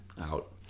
out